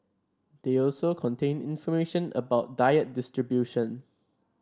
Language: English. they also contain information about diet distribution